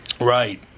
Right